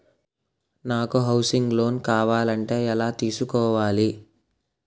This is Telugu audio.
నాకు హౌసింగ్ లోన్ కావాలంటే ఎలా తీసుకోవాలి?